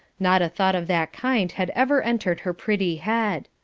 not a thought of that kind had ever entered her pretty head.